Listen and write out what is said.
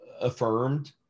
affirmed